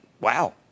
wow